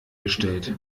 gestellt